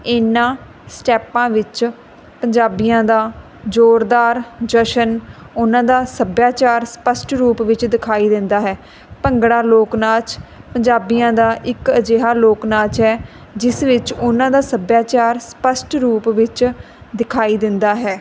ਇਹਨਾਂ ਸਟੈਪਾਂ ਵਿੱਚ ਪੰਜਾਬੀਆਂ ਦਾ ਜ਼ੋਰਦਾਰ ਜਸ਼ਨ ਉਹਨਾਂ ਦਾ ਸੱਭਿਆਚਾਰ ਸਪਸ਼ਟ ਰੂਪ ਵਿੱਚ ਦਿਖਾਈ ਦਿੰਦਾ ਹੈ ਭੰਗੜਾ ਲੋਕ ਨਾਚ ਪੰਜਾਬੀਆਂ ਦਾ ਇੱਕ ਅਜਿਹਾ ਲੋਕ ਨਾਲ ਹੈ ਜਿਸ ਵਿੱਚ ਉਹਨਾਂ ਦਾ ਸੱਭਿਆਚਾਰ ਸਪਸ਼ਟ ਰੂਪ ਵਿੱਚ ਦਿਖਾਈ ਦਿੰਦਾ ਹੈ